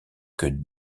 que